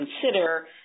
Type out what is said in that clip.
consider